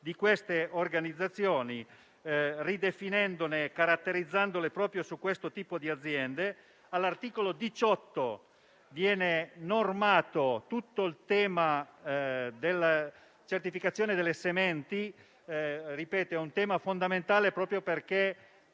di queste organizzazioni, ridefinendone e caratterizzandole proprio su questo tipo di aziende. All'articolo 18 viene normato tutto il tema della certificazione delle sementi, che ripeto essere un tema fondamentale, proprio perché